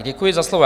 Děkuji za slovo.